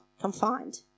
confined